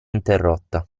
interrotta